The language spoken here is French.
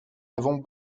avons